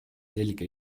selge